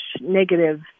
negative